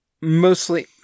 Mostly